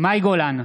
מאי גולן,